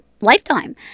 lifetime